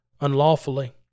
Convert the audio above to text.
unlawfully